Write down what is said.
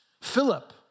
Philip